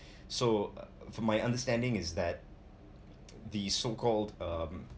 so from my understanding is that the so called um